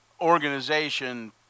organization